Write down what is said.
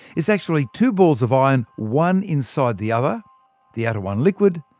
it's actually two balls of iron, one inside the other the outer one liquid,